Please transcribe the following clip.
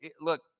Look